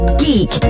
geek